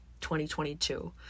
2022